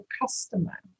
customer